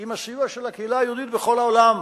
עם הסיוע של הקהילה היהודית בכל העולם.